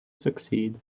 succeed